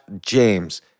James